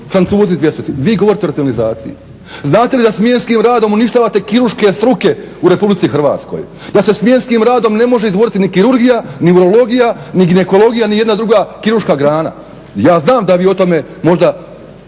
Francuzi 200, vi govorite o racionalizaciji. Znate li da smjenskim radom uništavate kirurške struke u RH? Da se smjenskim radom ne može izdvojiti ni kirurgija ni urologija ni ginekologija ni jedna druga kirurška grana. Ja znam da vi o tome možda